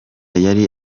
yari